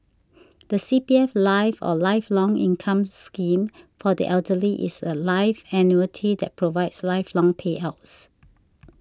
the C P F life or Lifelong Income Scheme for the Elderly is a life annuity that provides lifelong payouts